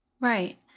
Right